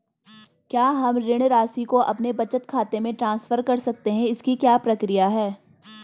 क्या हम ऋण राशि को अपने बचत खाते में ट्रांसफर कर सकते हैं इसकी क्या प्रक्रिया है?